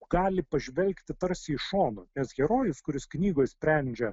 gali pažvelgti tarsi iš šono nes herojus kuris knygoj sprendžia